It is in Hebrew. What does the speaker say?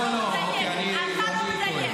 אתה לא מדייק.